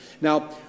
Now